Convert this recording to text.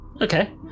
Okay